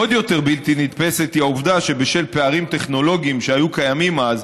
עוד יותר בלתי נתפסת היא העובדה שבשל פערים טכנולוגיים שהיו קיימים אז,